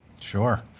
Sure